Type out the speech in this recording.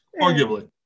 Arguably